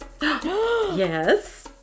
Yes